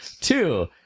Two